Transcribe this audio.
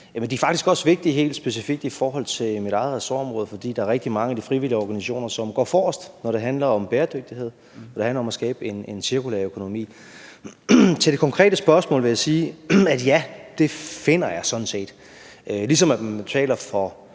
de er faktisk også vigtige helt specifikt i forhold til mit eget ressortområde, fordi der er rigtig mange af de frivillige organisationer, der går forrest, når det handler om bæredygtighed, og når det handler om at skabe en cirkulær økonomi. Til det konkrete spørgsmål vil jeg sige: Ja, det finder jeg sådan set. Ligesom man betaler for